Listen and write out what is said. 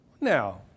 Now